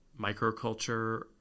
microculture